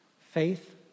faith